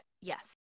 yes